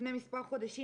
לפני מספר חודשים,